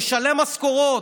לשלם משכורות.